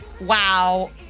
Wow